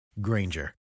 Granger